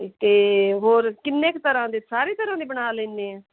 ਅਤੇ ਹੋਰ ਕਿੰਨੇ ਕੁ ਤਰ੍ਹਾਂ ਦੇ ਸਾਰੇ ਤਰ੍ਹਾਂ ਦੇ ਬਣਾ ਲੈਂਦੇ ਐ